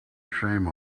shame